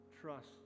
trust